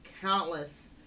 countless